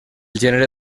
gènere